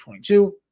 22